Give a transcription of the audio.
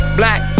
black